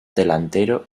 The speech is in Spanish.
delantero